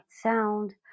sound